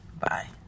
Bye